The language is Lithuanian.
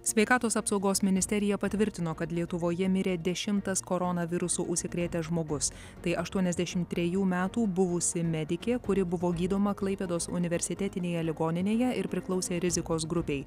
sveikatos apsaugos ministerija patvirtino kad lietuvoje mirė dešimtas koronavirusu užsikrėtęs žmogus tai aštuoniasdešim trejų metų buvusi medikė kuri buvo gydoma klaipėdos universitetinėje ligoninėje ir priklausė rizikos grupei